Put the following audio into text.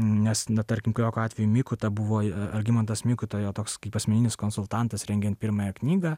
nes na tarkim kajoko atveju mikuta buvo algimantas mikuta jo toks kaip asmeninis konsultantas rengiant pirmąją knygą